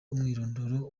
umwirondoro